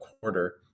quarter